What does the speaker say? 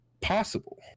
possible